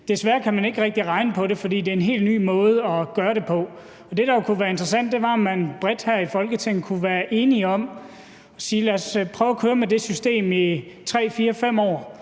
Desværre kan man ikke rigtig regne på det, for det er en helt ny måde at gøre det på. Det, der jo kunne være interessant, er, om man bredt her i Folketinget kunne være enige om at sige: Lad os prøve at køre med det system i 3, 4